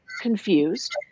confused